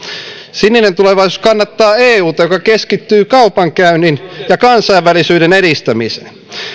sininen tulevaisuus kannattaa euta joka keskittyy kaupankäynnin ja kansainvälisyyden edistämiseen